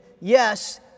yes